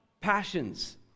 passions